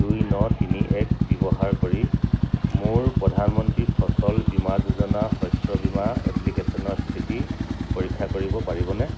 দুই ন তিনি এক ব্যৱহাৰ কৰি মোৰ প্ৰধানমন্ত্ৰী ফচল বীমা যোজনা শস্য বীমা এপ্লিকেচনৰ স্থিতি পৰীক্ষা কৰিব পাৰিবনে